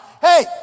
hey